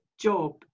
job